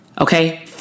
okay